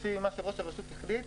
לפי מה שראש הרשות החליט,